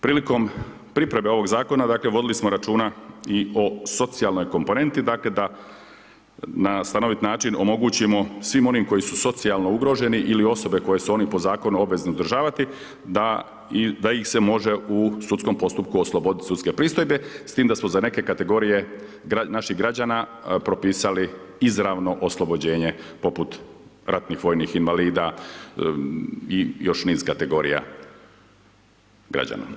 Prilikom pripreme ovog zakona, dakle vodili smo računa i o socijalnoj komponenti, dakle da na stanovit način omogućimo svim onim koji su socijalno ugroženi ili osobe koje su oni po zakonu obvezni uzdržavati da ih se može u sudskom postupku oslobodit sudske pristojbe, s tim da smo za neke kategorije naših građana propisali izravno oslobođenje, poput ratnih vojnih invalida i još niz kategorija građana.